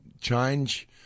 change